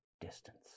distance